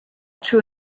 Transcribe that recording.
true